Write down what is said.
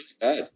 bad